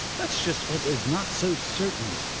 that's just what is not so certain.